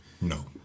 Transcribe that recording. No